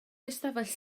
ystafell